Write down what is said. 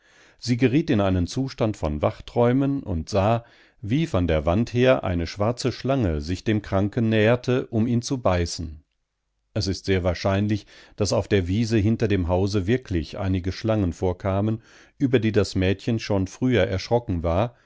sie geriet in einen zustand von wachträumen und sah wie von der wand her eine schwarze schlange sich dem kranken näherte um ihn zu beißen es ist sehr wahrscheinlich daß auf der wiese hinter dem hause wirklich einige schlangen vorkamen über die das mädchen schon früher erschrocken war